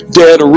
dead